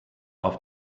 auf